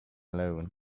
loan